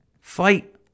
fight